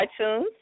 iTunes